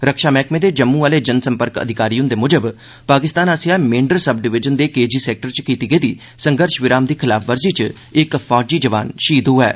रक्षा मैह्कमे दे जम्मू आह्ले जन सम्पर्क अधिकारी हुंदे मुजब पाकिस्तान आसेआ मेंढर सब डिवीजन दे के जी सैक्टर च कीती गेदी संघर्ष विराम दी खलाफवर्जी च इक फौजी जवान शहीद होआ ऐ